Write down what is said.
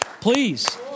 please